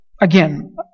Again